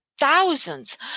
thousands